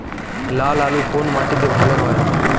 লাল আলু কোন মাটিতে ভালো হয়?